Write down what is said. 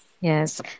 Yes